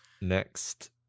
Next